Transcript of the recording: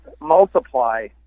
multiply